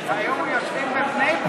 והיו יושבים בבני-ברק.